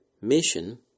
Mission